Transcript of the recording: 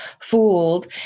fooled